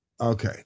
okay